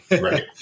Right